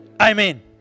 Amen